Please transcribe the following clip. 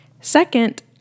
Second